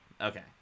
Okay